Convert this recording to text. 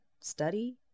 Study